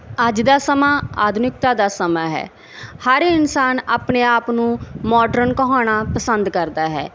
ਅੱਜ ਦਾ ਸਮਾਂ ਆਧੁਨਿਕਤਾ ਦਾ ਸਮਾਂ ਹੈ ਹਰ ਇਨਸਾਨ ਆਪਣੇ ਆਪ ਨੂੰ ਮੋਡਰਨ ਕਹਾਉਣਾ ਪਸੰਦ ਕਰਦਾ ਹੈ